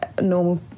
normal